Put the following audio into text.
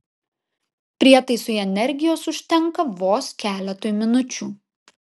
prietaisui energijos užtenka vos keletui minučių